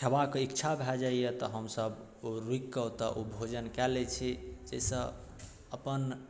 खेबाक इच्छा भए जाइए तऽ हमसब रुकिकऽ ओतऽ भोजन कऽ लै छी जैसँ अपन